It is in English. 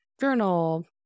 journal